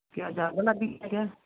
ਕਿਆ ਜ਼ਿਆਦਾ ਲੱਗ ਗਈ ਮੈਂ ਕਿਹਾ